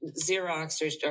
Xerox